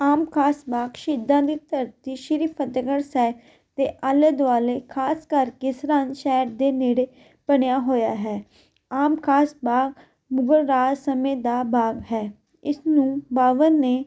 ਆਮ ਖਾਸ ਬਾਗ ਸ਼ਹੀਦਾਂ ਦੀ ਧਰਤੀ ਸ਼੍ਰੀ ਫਤਿਹਗੜ ਸਾਹਿਬ ਅਤੇ ਆਲੇ ਦੁਆਲੇ ਖਾਸ ਕਰਕੇ ਸਰਹਿੰਦ ਸ਼ਹਿਰ ਦੇ ਨੇੜੇ ਬਣਿਆ ਹੋਇਆ ਹੈ ਆਮ ਖਾਸ ਬਾਗ ਮੁਗਲ ਰਾਜ ਸਮੇਂ ਦਾ ਬਾਗ ਹੈ ਇਸ ਨੂੰ ਬਾਬਰ ਨੇ